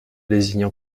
lézignan